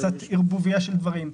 קצת ערבוביה של דברים,